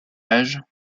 âge